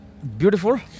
Beautiful